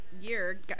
year